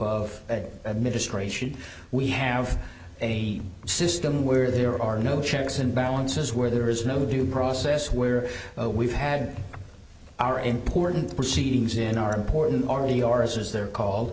of administration we have a system where there are no checks and balances where there is no due process where we've had our important proceedings in our important are yours as they're called